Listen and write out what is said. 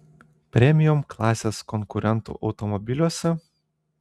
premium klasės konkurentų automobiliuose